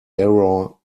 error